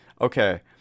Okay